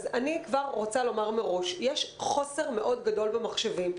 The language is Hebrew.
אני רוצה לומר מראש שיש חוסר מאוד גדול במחשבים.